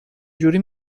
جوری